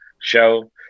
show